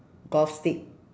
golf stick